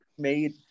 made